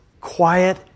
quiet